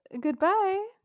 goodbye